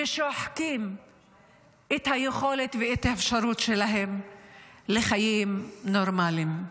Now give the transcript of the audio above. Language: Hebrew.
ושוחקים את היכולת ואת האפשרות שלהם לחיים נורמליים.